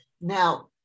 Now